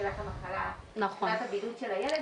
מתחילת הבידוד של הילד,